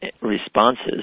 responses